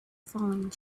falling